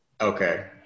Okay